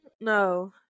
no